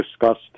discussed